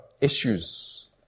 issues